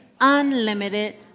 unlimited